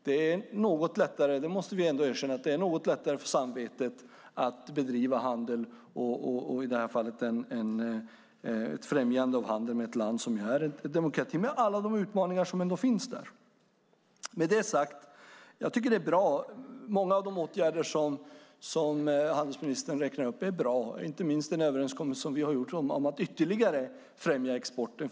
Det är något lättare, det måste vi ändå erkänna, för samvetet att bedriva handel och i detta fall ett främjande av handel med ett land som är en demokrati med alla de utmaningar som ändå finns där. Med detta sagt tycker jag att många av de åtgärder som handelsministern räknar upp är bra, inte minst den överenskommelse som vi har gjort om att ytterligare främja exporten.